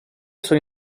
sono